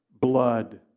blood